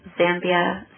Zambia